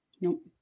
Nope